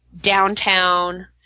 downtown